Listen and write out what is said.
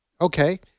Okay